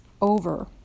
over